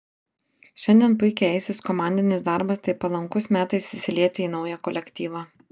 šiandien puikiai eisis komandinis darbas tai palankus metas įsilieti į naują kolektyvą